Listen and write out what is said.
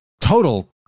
total